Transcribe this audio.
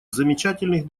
замечательных